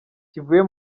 kivuye